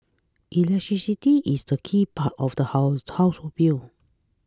electricity is the key part of the house household bill